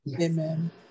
Amen